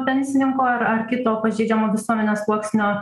pensininkų ar kito pažeidžiamų visuomenės sluoksnio